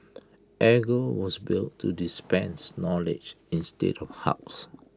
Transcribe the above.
edgar was built to dispense knowledge instead of hugs